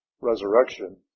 resurrection